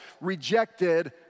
rejected